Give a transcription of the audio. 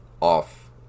off